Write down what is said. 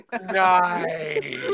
Nice